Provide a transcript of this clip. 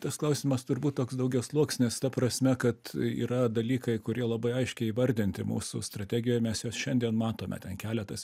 tas klausimas turbūt toks daugiasluoksnis ta prasme kad yra dalykai kurie labai aiškiai įvardinti mūsų strategijoj mes juos šiandien matome ten keletas